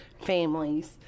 families